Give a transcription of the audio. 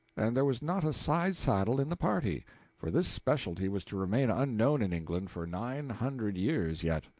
and there was not a side-saddle in the party for this specialty was to remain unknown in england for nine hundred years yet.